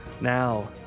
Now